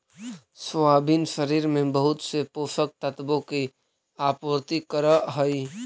soybean शरीर में बहुत से पोषक तत्वों की आपूर्ति करअ हई